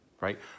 right